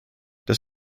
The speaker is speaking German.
das